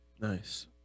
Nice